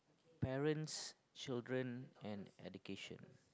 parents children and education